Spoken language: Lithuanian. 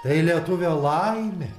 tai lietuvio laimė